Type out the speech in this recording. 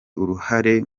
uruhare